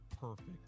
perfect